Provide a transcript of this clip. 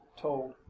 told